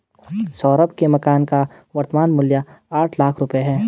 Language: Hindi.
सौरभ के मकान का वर्तमान मूल्य आठ लाख रुपये है